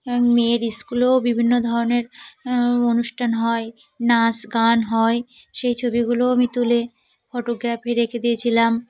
মেয়ের স্কুলেও বিভিন্ন ধরনের অনুষ্ঠান হয় নাচ গান হয় সেই ছবিগুলোও আমি তুলে ফটোগ্রাফি রেখে দিয়েছিলাম